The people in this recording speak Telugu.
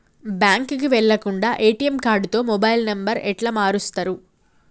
బ్యాంకుకి వెళ్లకుండా ఎ.టి.ఎమ్ కార్డుతో మొబైల్ నంబర్ ఎట్ల మారుస్తరు?